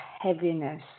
heaviness